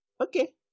okay